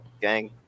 Gang